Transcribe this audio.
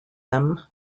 them